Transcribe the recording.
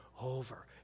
over